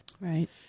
Right